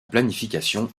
planification